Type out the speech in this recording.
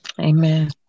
Amen